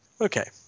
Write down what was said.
Okay